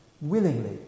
willingly